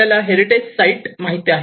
आपल्याला heritage site माहिती आहे